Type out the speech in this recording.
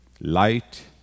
Light